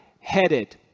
headed